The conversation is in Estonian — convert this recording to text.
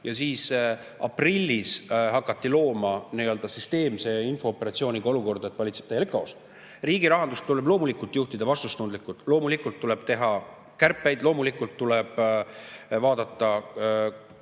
Ja siis aprillis hakati looma süsteemse infooperatsiooniga olukorda, kus valitseb täielik kaos. Riigi rahandust tuleb loomulikult juhtida vastutustundlikult, loomulikult tuleb teha kärpeid, loomulikult tuleb vaadata seda,